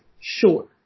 Sure